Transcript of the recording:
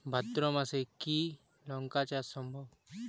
ভাদ্র মাসে কি লঙ্কা চাষ সম্ভব?